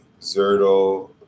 Zerto